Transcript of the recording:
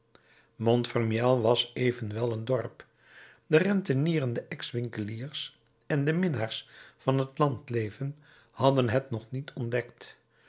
montfermeil was evenwel een dorp de rentenierende ex winkeliers en de minnaars van het landleven hadden het nog niet ontdekt